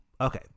Okay